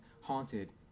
haunted